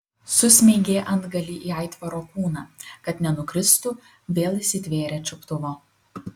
susmeigė antgalį į aitvaro kūną kad nenukristų vėl įsitvėrė čiuptuvo